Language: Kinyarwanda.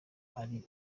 ari